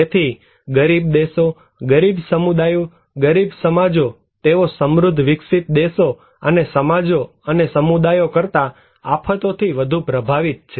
તેથી ગરીબ દેશો ગરીબ સમુદાયો ગરીબ સમાજો તેઓ સમૃદ્ધ વિકસિત દેશો અને સમાજો અને સમુદાયો કરતા આફતોથી વધુ પ્રભાવિત છે